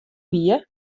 wie